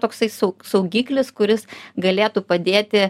toksai sau saugiklis kuris galėtų padėti